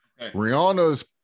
Rihanna's